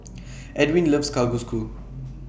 Edwina loves Kalguksu